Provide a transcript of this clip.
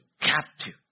captive